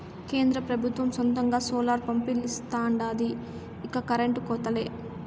కేంద్ర పెబుత్వం సొంతంగా సోలార్ పంపిలిస్తాండాది ఇక కరెంటు కోతలే